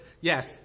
Yes